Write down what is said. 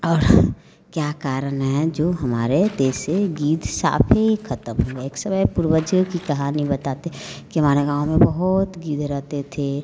और क्या कारण है जो हमारे तेसे गिद्ध साफ ही ख़त्म हो गए एक समय पूर्वजों की कहानी बताते के हमारे गाँव में बहुत गिद्ध रहते थे